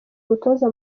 umutoza